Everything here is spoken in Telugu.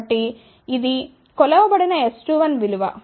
కాబట్టి ఇది ఇది కొలవబడిన S21 విలువ